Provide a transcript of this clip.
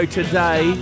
today